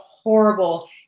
horrible